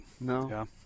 no